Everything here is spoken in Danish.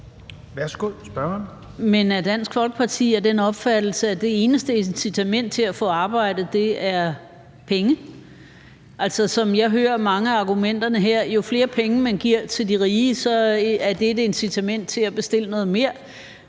Men er Dansk Folkeparti af den opfattelse, at det eneste incitament til at få arbejde er penge? Altså, som jeg hører mange af argumenterne her, er det, at jo flere penge man giver til de rige, jo mere er det et incitament til at bestille noget mere.